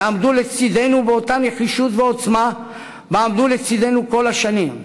יעמוד לצדנו באותה נחישות ועוצמה שבה עמד לצדנו כל השנים,